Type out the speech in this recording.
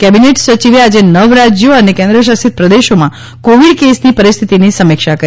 cabinet સચિવે આજે નવ રાજ્યો અને કેન્દ્રશાસિત પ્રદેશોમાં કોવિડ કેસની પરિસ્થિતિની સમીક્ષા કરી